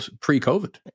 pre-COVID